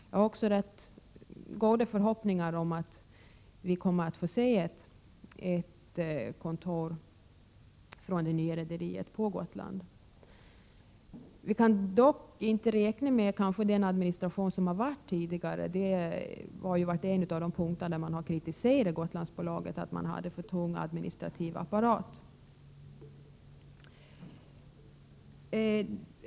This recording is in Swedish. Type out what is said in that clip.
Jag har också rätt goda förhoppningar om att vi kommer att få se ett kontor för det nya rederiet på Gotland. Vi kan dock inte räkna med den administration som har funnits tidigare. En av de punkter där man har kritiserat Gotlandsbolaget gällde ju att det hade för tung administrativ apparat.